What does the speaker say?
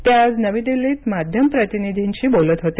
ते आज नवी दिल्लीत माध्यम प्रतिनिधींशी बोलत होते